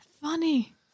Funny